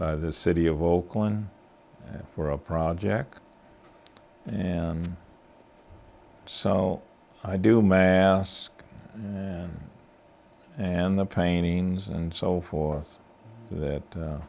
by the city of oakland for a project and so i do mask and and the paintings and so forth that